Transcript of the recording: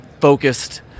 focused